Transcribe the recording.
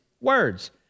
words